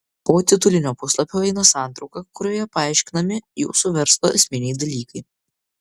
po titulinio puslapio eina santrauka kurioje paaiškinami jūsų verslo esminiai dalykai